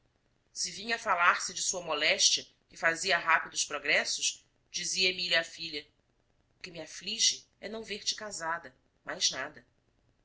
se vinha a falar-se de sua moléstia que fazia rápidos progressos dizia emília à filha o que me aflige é não ver-te casada mais nada